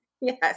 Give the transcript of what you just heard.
Yes